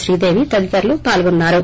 శ్రీదేవి తదితరులు పాల్గొన్నారు